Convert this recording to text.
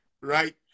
right